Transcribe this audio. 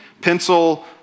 pencil